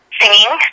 singing